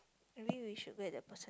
maybe we should wait the person